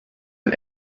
ein